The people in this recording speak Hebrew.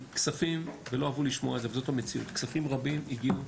כספים ולא אהבו לשמוע את זה אבל זאת המציאות כספים רבים הגיעו,